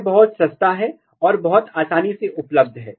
यह बहुत सस्ता है और बहुत आसानी से उपलब्ध है